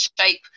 shape